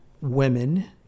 women